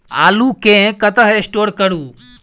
आलु केँ कतह स्टोर करू?